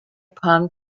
palm